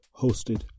hosted